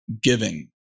Giving